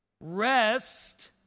Rest